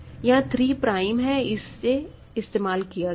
यहां 3 प्राइम है इसे इस्तेमाल किया गया है